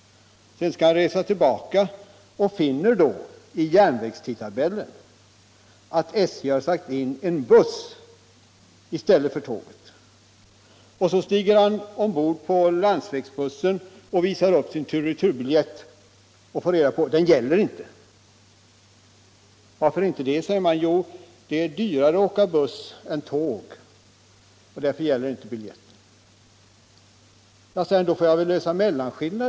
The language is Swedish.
Sedan skall han resa tillbaka och finner då i järnvägstidtabellen att SJ har satt in en buss i stället för tåget. Han stiger på landsvägsbussen och visar upp sin turoch returbiljett men får beskedet: Den gäller inte. | Varför inte det? frågar den resande. Jo, det är dyrare att åka buss än att åka tåg, och därför gäller inte biljetten, får han till svar. Ja, säger den resande, då får jag väl lösa mellanskillnad.